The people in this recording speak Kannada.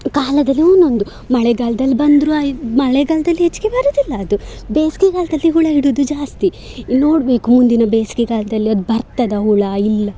ಕಾಲದಲ್ಲೂ ಒಂದೊಂದು ಮಳೆಗಾಲ್ದಲ್ಲಿ ಬಂದರೂ ಇದು ಮಳೆಗಾಲ್ದಲ್ಲಿ ಹೆಚ್ಚಿಗೆ ಬರುವುದಿಲ್ಲ ಅದು ಬೇಸಿಗೆಗಾಲ್ದಲ್ಲಿ ಹುಳು ಹಿಡಿದು ಜಾಸ್ತಿ ಇನ್ನು ನೋಡಬೇಕು ಮುಂದಿನ ಬೇಸಿಗೆಗಾಲ್ದಲ್ಲಿ ಅದು ಬರ್ತದಾ ಹುಳು ಇಲ್ಲ